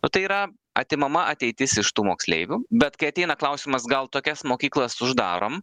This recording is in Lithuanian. nu tai yra atimama ateitis iš tų moksleivių bet kai ateina klausimas gal tokias mokyklas uždarom